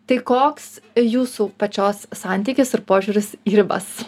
tai koks jūsų pačios santykis ir požiūris į ribas